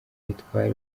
ntitwari